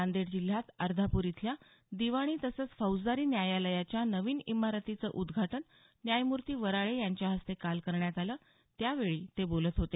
नांदेड जिल्ह्यात अर्धापूर इथल्या दिवाणी तसंच फौजदारी न्यायालयाच्या नवीन इमारतीचं उद्घाटन न्यायमूर्ती वराळे यांच्या हस्ते काल करण्यात आलं त्यावेळी ते बोलत होते